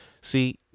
See